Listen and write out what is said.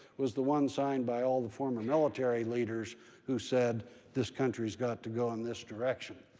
was the one signed by all the former military leaders who said this country's got to go in this direction.